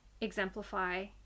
exemplify